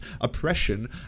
oppression